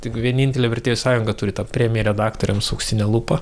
tik vienintelė vertėjų sąjunga turi tą premiją redaktoriams auksinė lupa